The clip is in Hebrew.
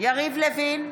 יריב לוין,